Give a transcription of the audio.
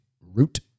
root